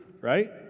right